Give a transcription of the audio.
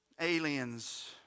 aliens